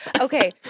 Okay